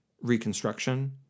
reconstruction